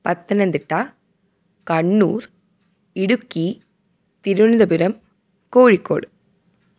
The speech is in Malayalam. പത്തനംതിട്ട കണ്ണൂർ ഇടുക്കി തിരുവനന്തപുരം കോഴിക്കോട്